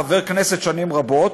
חבר כנסת שנים רבות,